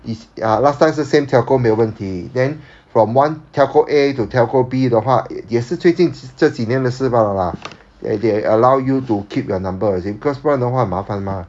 it's ya last time 是 same telco 没有问题 then from one telco A to telco B 的话也也是最近这几年的事罢了 lah like they allow you to keep your number as in cause 不然的话很麻烦 mah